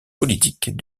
politique